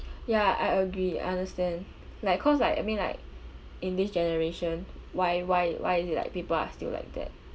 ya I agree understand like cause like I mean like in this generation why why why is it like people are still like that